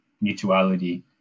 mutuality